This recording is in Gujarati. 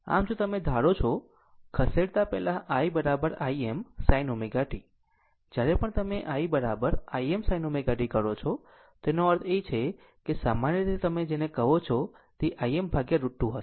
આમ જો તમે ધારો છો ખસેડતા પહેલા i Im sin t જ્યારે પણ તમે i Im sin t કરો છો તેનો અર્થ એ છે કે સામાન્ય રીતે તમે જેને કહો છો તે Im √ 2 હશે